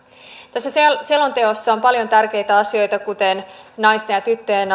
tässä selonteossa on paljon tärkeitä asioita kuten naisten ja tyttöjen